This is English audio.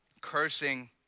cursing